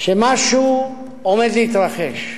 שמשהו עומד להתרחש.